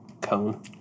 cone